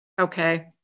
Okay